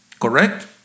Correct